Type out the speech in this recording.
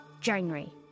January